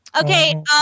Okay